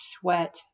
sweat